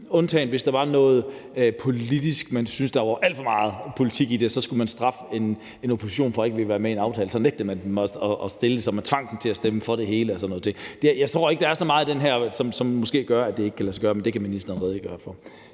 undtagen hvis man syntes, at der var alt for meget politik i det. Så skulle man straffe en opposition for ikke at ville være med i en aftale; så nægtede man at dele det, sådan at man tvang dem til at stemme for det hele og sådan noget. Jeg tror måske ikke, at der er så meget i det her, som gør, at det ikke kan lade sig gøre, men det kan ministeren redegøre for.